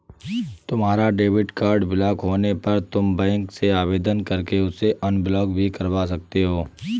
तुम्हारा debit card block होने पर तुम बैंक से आवेदन करके उसे अनब्लॉक भी करवा सकते हो